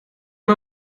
man